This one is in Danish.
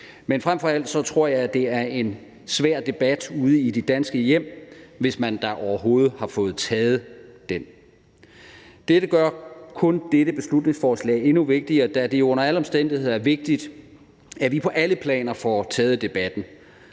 men fremfor alt tror jeg, det er en svær debat ude i de danske hjem, hvis man da overhovedet har fået taget den. Det gør kun dette beslutningsforslag endnu vigtigere, da det jo under alle omstændigheder er vigtigt, at vi på alle planer får taget debatten.